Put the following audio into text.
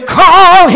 call